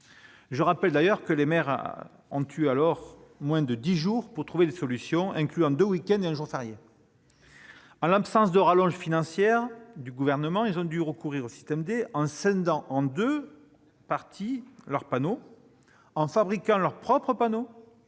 Je rappelle que les maires ont eu moins de dix jours pour trouver des solutions, incluant deux week-ends et un jour férié. En l'absence de rallonge financière du Gouvernement, ils ont dû recourir au « système D » en scindant leurs panneaux en deux parties, en fabriquant leurs propres panneaux